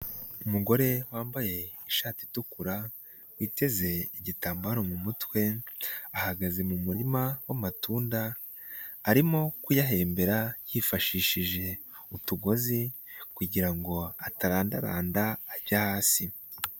Umugore wambaye ishati itukura, witeze igitambaro mu mutwe, ahagaze mu murima w'amatunda, arimo kuyahembera yifashishije utugozi kugira ngo atarandaranda ajya hasi.